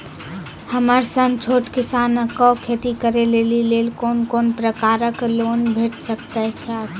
हमर सन छोट किसान कअ खेती करै लेली लेल कून कून प्रकारक लोन भेट सकैत अछि?